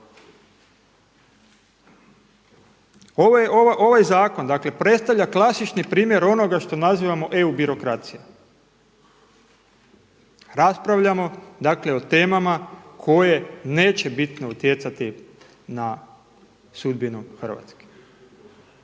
Ovaj zakon predstavlja klasični primjer onoga što nazivamo eu birokracija. Raspravljamo o temama koje neće bitno utjecati na sudbinu Hrvatske